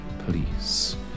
Please